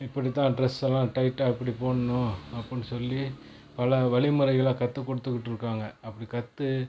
இப்படி தான் ட்ரெஸ் எல்லாம் டைட்டாக இப்படி போடணும் அப்படினு சொல்லி பல வழிமுறைகளை கற்றுக் கொடுத்துகிட்டு இருக்காங்கள் அப்படி கற்று